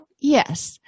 Yes